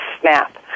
snap